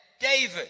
David